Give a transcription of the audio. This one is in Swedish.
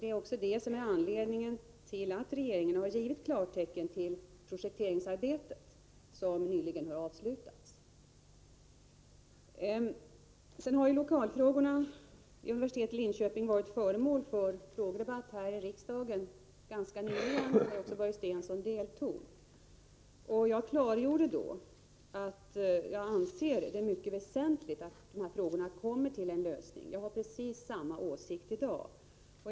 Det är också anledningen till att regeringen har gett klartecken till projekteringsarbetet, som nyligen har avslutats. Frågorna om lokaler vid universitetet i Linköping har varit föremål för frågedebatt här i riksdagen ganska nyligen, då också Börje Stensson deltog. Jag klargjorde då att jag anser att det är mycket väsentligt att frågorna kommer till en lösning. Jag har precis samma åsikt i dag.